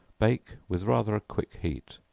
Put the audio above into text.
bake with rather a quick heat.